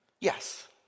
Yes